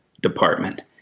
department